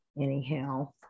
anyhow